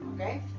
Okay